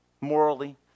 morally